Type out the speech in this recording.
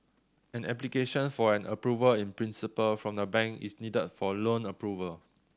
an application for an Approval in Principle from the bank is needed for loan approval